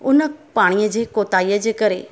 उन पाणीअ जी कोताहीअ जे करे